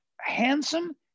handsome